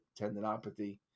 tendinopathy